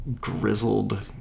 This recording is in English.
grizzled